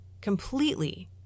completely